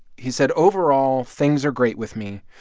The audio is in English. he said, overall, things are great with me.